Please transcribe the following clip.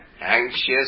anxious